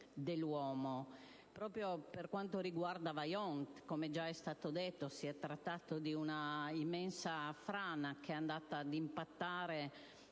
dell'uomo. Proprio per quanto riguarda il Vajont, come è già stato detto, si è trattato di una immensa frana che è andata ad impattare